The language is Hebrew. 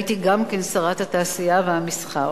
הייתי גם שרת התעשייה והמסחר.